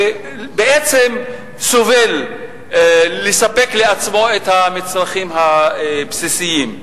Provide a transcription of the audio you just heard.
שבעצם סובל כדי לספק לעצמו את המצרכים הבסיסיים.